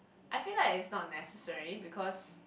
I feel like it's not necessary because